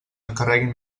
encarreguin